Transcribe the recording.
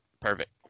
Perfect